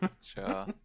Sure